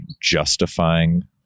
justifying